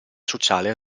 sociale